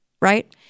right